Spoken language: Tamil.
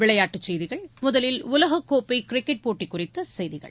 விளையாட்டுச் செய்திகள் முதலில் உலகக்கோப்பை கிரிக்கெட் போட்டி குறித்த செய்திகள்